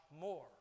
more